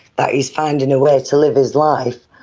that he is finding a way to live his life,